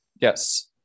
yes